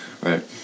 right